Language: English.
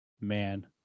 man